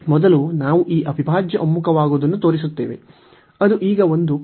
ಮೊದಲು ನಾವು ಈ ಅವಿಭಾಜ್ಯ ಒಮ್ಮುಖವಾಗುವುದನ್ನು ತೋರಿಸುತ್ತೇವೆ ಅದು ಈಗ ಒಂದು ಕ್ಷುಲ್ಲಕ ಕಾರ್ಯವಾಗಿದೆ